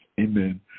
Amen